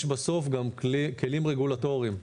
יש בסוף גם כלים רגולטוריים,